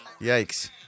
Yikes